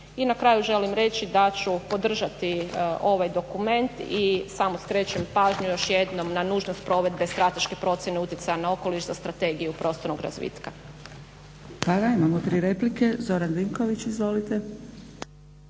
I na kraju želim reći da ću podržati ovaj dokument i samo skrećem pažnju još jednom na nužnost provedbe strateške procjene utjecaja na okoliš za Strategiju prostornog razvitka.